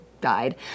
died